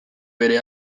bere